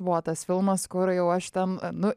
buvo tas filmas kur jau aš ten nu